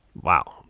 Wow